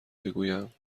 بگویم